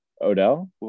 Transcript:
Odell